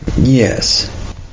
Yes